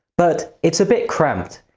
but it's a bit cramped,